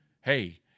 hey